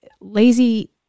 lazy